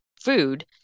food